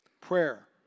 Prayer